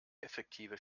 effektive